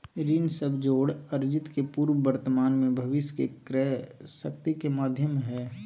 ऋण सब जोड़ अर्जित के पूर्व वर्तमान में भविष्य के क्रय शक्ति के माध्यम हइ